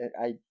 I-